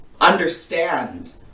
understand